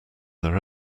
their